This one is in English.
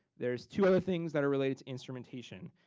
there's two other things that are related to instrumentation.